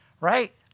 right